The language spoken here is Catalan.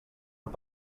amb